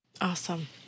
Awesome